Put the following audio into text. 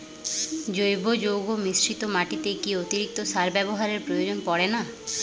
জৈব যৌগ মিশ্রিত মাটিতে কি অতিরিক্ত সার ব্যবহারের প্রয়োজন পড়ে না?